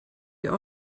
wir